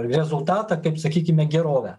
rezultatą kaip sakykime gerovę